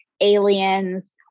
aliens